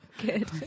Good